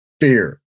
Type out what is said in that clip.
Fear